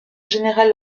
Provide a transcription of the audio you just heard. général